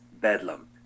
bedlam